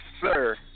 Sir